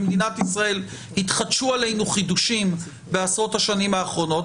במדינת ישראל התחדשנו עלינו חידושים בעשרות השנים האחרונות,